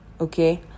okay